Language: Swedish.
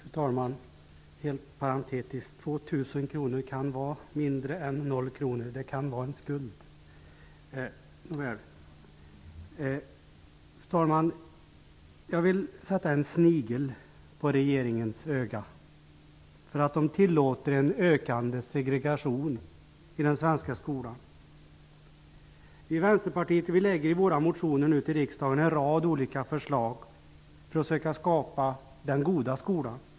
Fru talman! Jag vill först helt parentetiskt säga att 2 000 kr kan vara mindre än 0 kr. Det kan vara en skuld. Fru talman! Jag vill sätta en snigel på regeringens öga, eftersom den tillåter en ökande segregation i den svenska skolan. Vi i Vänsterpartiet lägger i våra motioner till riksdagen fram en rad olika förslag för att söka skapa den goda skolan.